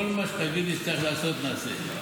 כל מה שתגיד שנצטרך לעשות נעשה.